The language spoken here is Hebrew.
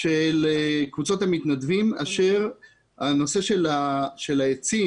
של קבוצות המתנדבים אשר הנושא של העצים